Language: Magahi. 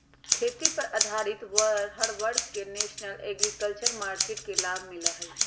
खेती पर आधारित हर वर्ग के नेशनल एग्रीकल्चर मार्किट के लाभ मिला हई